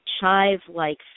chive-like